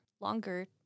longer